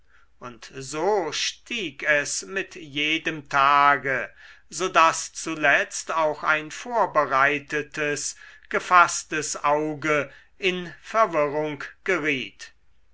und so stieg es mit jedem tage so daß zuletzt auch ein vorbereitetes gefaßtes auge in verwirrung geriet